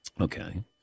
Okay